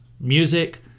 music